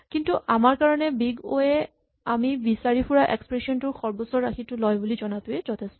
কিন্তু আমাৰ কাৰণে বিগ অ' এ আমি বিচাৰি ফুৰা এক্প্ৰেচন টোৰ সৰ্বোচ্চ ৰাশিটো লয় বুলি জনাটোৱেই যথেষ্ঠ